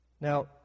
Now